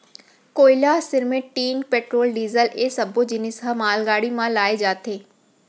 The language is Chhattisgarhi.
कोयला, सिरमिट, टीन, पेट्रोल, डीजल ए सब्बो जिनिस ह मालगाड़ी म लाए जाथे